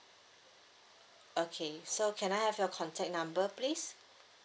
okay so can I have your contact number please